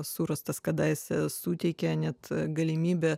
surastas kadaise suteikė net galimybę